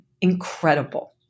incredible